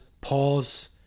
Pause